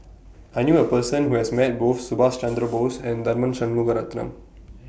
I knew A Person Who has Met Both Subhas Chandra Bose and Tharman Shanmugaratnam